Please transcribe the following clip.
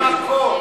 מה המקור?